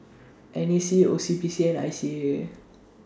N A C O C B C and I C A